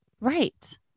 Right